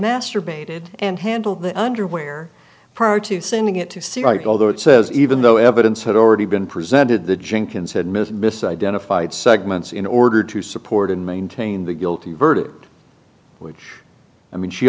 masturbated and handle the underwear prior to sending it to see right although it says even though evidence had already been presented the jenkins had missed misidentified segments in order to support and maintain the guilty verdict which i mean she